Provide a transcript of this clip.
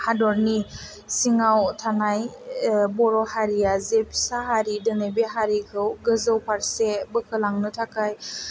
हादरनि सिङाव थानाय बर' हारिया जे फिसा हारि दिनै बे हारिखौ गोजौ फारसे बोखोलांनो थाखाय